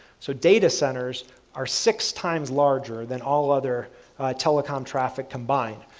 so data centers are six times larger than all other telecom traffic combined,